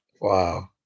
Wow